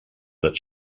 that